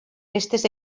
festes